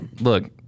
look